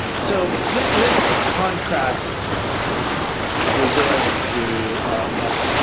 so let's let's contrast brazil to a.